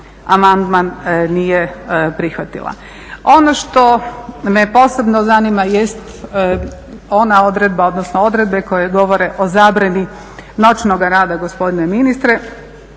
amandman nije prihvatila. Ono što me posebno zanima jest ona odredba, odnosno odredbe koje govore o zabrani noćnog rada gospodine ministre.